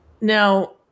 Now